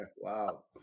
Wow